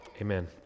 amen